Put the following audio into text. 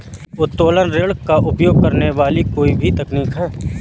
उत्तोलन ऋण का उपयोग करने वाली कोई भी तकनीक है